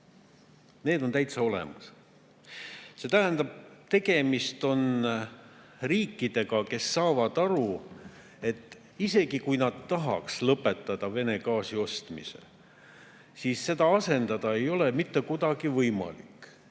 Need on täitsa olemas. See tähendab, tegemist on riikidega, kes saavad aru, et isegi kui nad tahaks lõpetada Vene gaasi ostmise, siis seda asendada ei ole mitte kuidagi võimalik. Kui